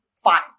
fine